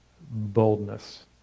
boldness